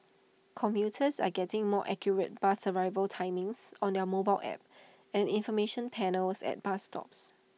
commuters are getting more accurate bus arrival timings on their mobile apps and information panels at bus stops